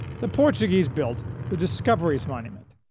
the portuguese built the discoveries monument.